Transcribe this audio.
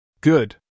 Good